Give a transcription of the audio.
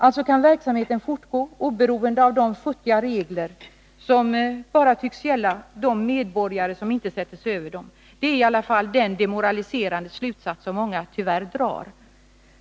Verksamheten kan alltså fortgå, oberoende av de futtiga regler som bara tycks gälla de medborgare som inte sätter sig över dem. Det är i alla fall den demoraliserande slutsats som många drar.